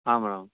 ಹಾಂ ಮೇಡಮ್